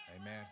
Amen